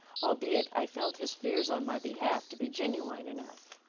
albeit i felt his fears on my behalf to be genuine enough.